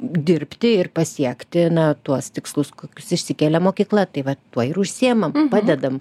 dirbti ir pasiekti na tuos tikslus kokius išsikėlė mokykla tai va ir užsiimam padedam